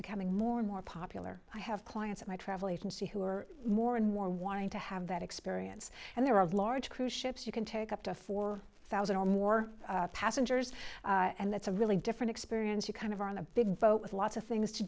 becoming more and more popular i have clients and i travel agency who are more and more wanting to have that experience and there are large cruise ships you can take up to four thousand or more passengers and that's a really different experience you kind of are in a big boat with lots of things to